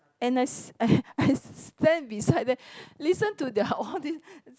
and I s~ I I stand beside them listen to their all these